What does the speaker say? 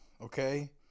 okay